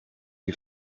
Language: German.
die